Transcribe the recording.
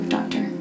Doctor